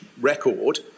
record